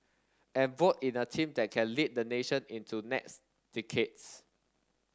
and vote in a team that can lead the nation into next decades